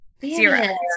Zero